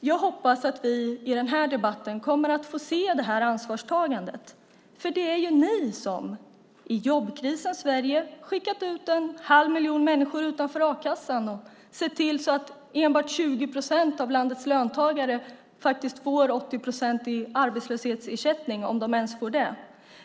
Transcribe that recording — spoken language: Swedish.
Jag hoppas att vi i den här debatten kommer att få se det här ansvarstagandet, för det är ju ni som i jobbkrisens Sverige skickat ut en halv miljon människor utanför a-kassan och sett till att enbart 20 procent av landets löntagare faktiskt får 80 procent i arbetslöshetsersättning, om de ens får det.